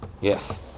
Yes